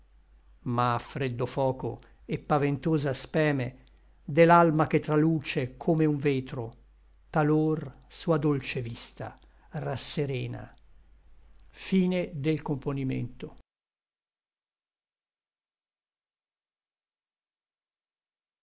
ma freddo foco et paventosa speme de l'alma che traluce come un vetro talor sua dolce vista rasserena non